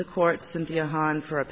the court cynthia hahn for a